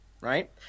right